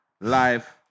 Live